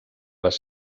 les